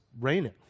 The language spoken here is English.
raining